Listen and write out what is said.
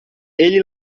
ele